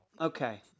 Okay